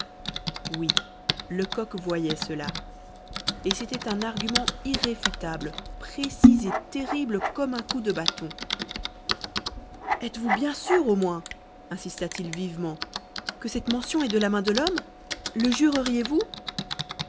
oui lecoq voyait cela et c'était un argument irréfutable précis et terrible comme un coup de bâton êtes-vous bien sûre au moins insista t il vivement que cette mention est de la main de l'homme le